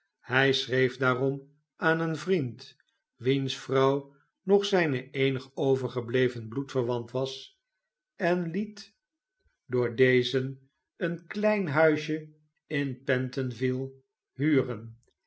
hij schreef daarom aan een vriend wiens vrouw nog zijne eenig overgebleven bloedverwant was en liet door dezen een klein huisje in pentonville huren